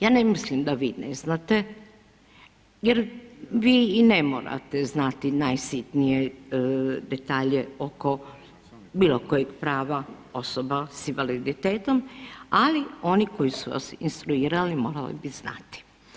Ja ne mislim da vi nešto ne znate jer vi i ne morate znati najsitnije detalje oko bilo kojeg prava osoba sa invaliditetom, ali oni koji su instruirali morali bi znati.